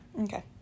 Okay